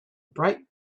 bright